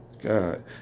God